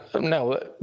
No